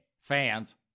fans